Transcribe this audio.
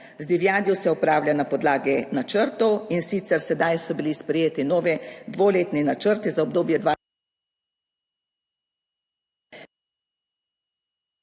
Z divjadjo se opravlja na podlagi načrtov in sicer sedaj so bili sprejeti novi dvoletni načrti za obdobje